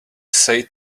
say